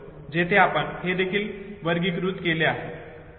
तेथे आपण हे देखील वर्गीकृत केले आहे